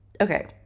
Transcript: okay